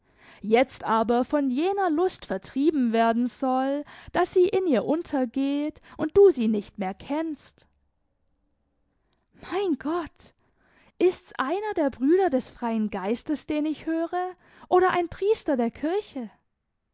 jetzt aber von jener lust vertrieben werden soll daß sie in ihr untergeht und du sie nicht mehr kennst mein gott ist's einer der brüder des freien geistes den ich höre oder ein priester der kirche